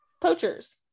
poachers